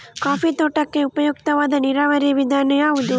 Coffee ತೋಟಕ್ಕೆ ಉಪಯುಕ್ತವಾದ ನೇರಾವರಿ ವಿಧಾನ ಯಾವುದು?